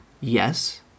Yes